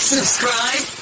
Subscribe